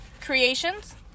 creations